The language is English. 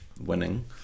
winning